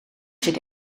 zit